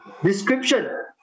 Description